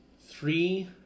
three